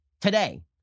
today